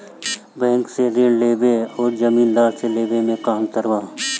Bank से ऋण लेवे अउर जमींदार से लेवे मे का अंतर बा?